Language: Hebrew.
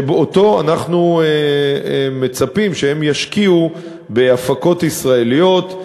שאותו אנחנו מצפים שהם ישקיעו בהפקות ישראליות,